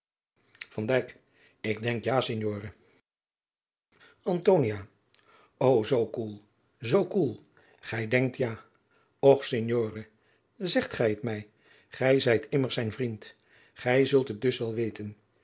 ik denk ja signore antonia hoe zoo koel zoo koel gij denkt ja och signore zeg gij het mij zeg gij het mij gij zijt immers zijn vriend gij zult het dus wel weten